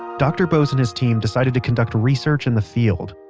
dr. bose and his team decided to conduct research in the field.